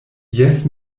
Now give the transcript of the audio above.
jes